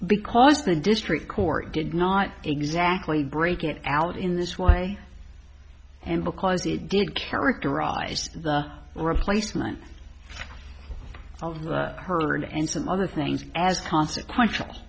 because the district court did not exactly break it out in this way and because it did characterize the replacement of the heard and some other things as consequential